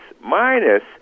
minus